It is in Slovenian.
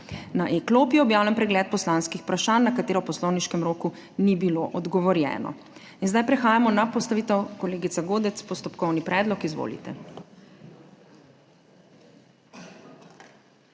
Na e-klopi je objavljen pregled poslanskih vprašanj, na katera v poslovniškem roku ni bilo odgovorjeno. Prehajamo na postavljanje ... Kolegica Godec, postopkovni predlog. Izvolite.